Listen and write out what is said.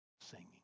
singing